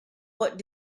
what